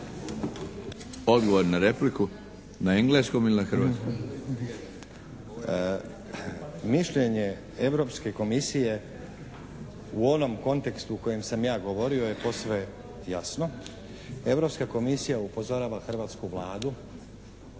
Odgovor na repliku. Na engleskom il' na hrvatskom? **Stazić, Nenad (SDP)** Mišljenje Europske komisije u onom kontekstu u kojem sam ja govorio je posve jasno. Europska komisija upozorava hrvatsku Vladu,